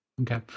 Okay